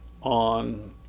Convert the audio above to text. on